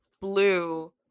Blue